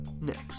next